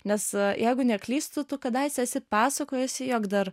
nes jeigu neklystu tu kadaise esi pasakojusi jog dar